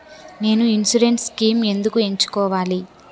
నేను insurance schemes ఎందుకు ఎంచుకోవాలి?